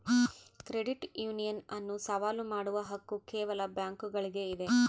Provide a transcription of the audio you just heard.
credit union ಅನ್ನು ಸವಾಲು ಮಾಡುವ ಹಕ್ಕು ಕೇವಲ ಬ್ಯಾಂಕುಗುಳ್ಗೆ ಇದ